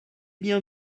bien